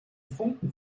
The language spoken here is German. funken